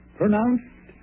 pronounced